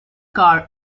car